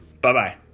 Bye-bye